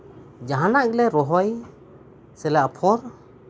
ᱡᱟᱸᱦᱟᱱᱟᱜ ᱜᱮᱞᱮ ᱨᱚᱦᱚᱭ ᱥᱮᱞᱮ ᱟᱯᱷᱚᱨ